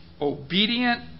obedient